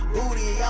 Booty